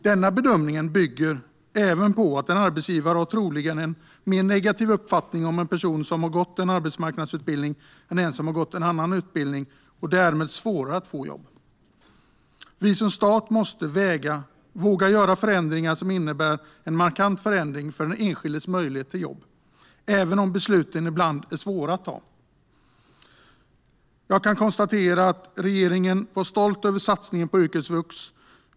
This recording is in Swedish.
Denna bedömning bygger även på att en arbetsgivare troligtvis har en mer negativ uppfattning om en person som har gått en arbetsmarknadsutbildning än en som har gått en annan utbildning. Det blir därmed svårare för den första att få jobb. Staten måste våga göra förändringar som innebär en markant skillnad för den enskildes möjlighet till jobb, även om besluten ibland är svåra att ta. Jag konstaterar att regeringen var stolt över sin satsning på yrkesvux.